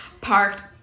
parked